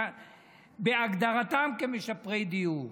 בהגדרתם כמשפרי דיור.